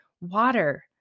water